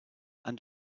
and